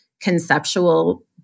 conceptual